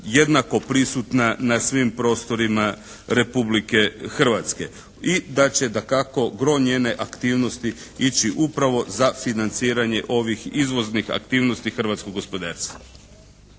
jednako prisutna na svim prostorima Republike Hrvatske i da će dakako gro njene aktivnosti ići upravo za financiranje ovih izvoznih aktivnosti hrvatskog gospodarstva.